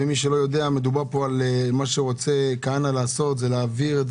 מדובר מה שרוצה כהנא לעשות להעביר את